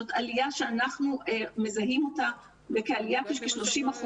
זאת עלייה שאנחנו מזהים אותה, עלייה של כ-30%.